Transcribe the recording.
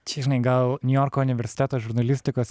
čia žinai gal niujorko universiteto žurnalistikos